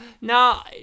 Now